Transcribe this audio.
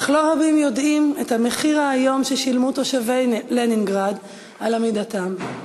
אך לא רבים יודעים את המחיר האיום ששילמו תושבי לנינגרד על עמידתם.